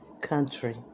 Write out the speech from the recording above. country